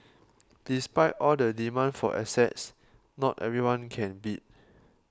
despite all the demand for assets not everyone can bid